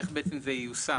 איך זה ייושם?